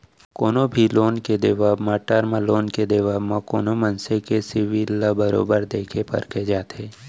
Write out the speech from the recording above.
कोनो भी लोन के देवब म, टर्म लोन के देवब म कोनो मनसे के सिविल ल बरोबर देखे परखे जाथे